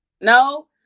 No